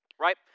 Right